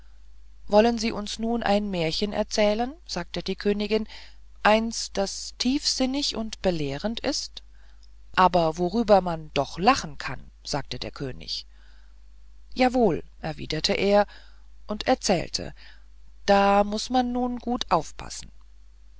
wollen sie uns nun ein märchen erzählen sagte die königin eins das tiefsinnig und belehrend ist aber worüber man doch lachen kann sagte der könig jawohl erwiderte er und erzählte da muß man nun gut aufpassen